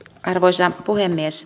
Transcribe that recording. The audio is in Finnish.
arvoisa puhemies